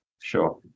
sure